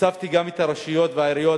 הוספתי גם את הרשויות והעיריות,